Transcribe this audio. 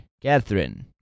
Catherine